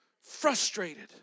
Frustrated